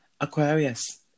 Aquarius